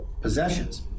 possessions